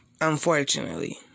unfortunately